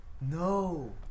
No